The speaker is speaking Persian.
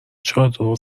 چادر